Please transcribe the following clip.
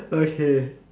okay